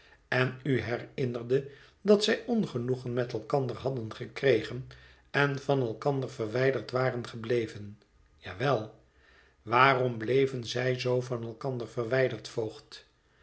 en u herinnerde dat zij ongenoegen met elkander hadden gekregen en van elkander verwijderd waren gebleven ja wel waarom bleven zij zoo van elkander verwijderd voogd